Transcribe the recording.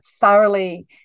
thoroughly